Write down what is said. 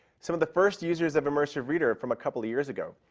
some of the first users of immersive reader from a couple of years ago.